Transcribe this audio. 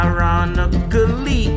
Ironically